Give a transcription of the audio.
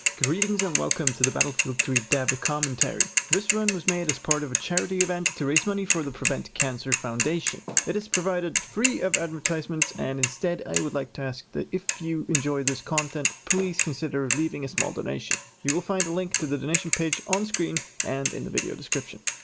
greeting and welcome to the battlefield three dev commentary. this run was made as part of a charity event to raise money for the prevent cancer foundation. it is provided free of advertisements and instead i would like to ask that if you enjoy this content, please consider leaving a small donation. you will find a link to the donation page on-screen and in the video description.